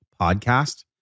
podcast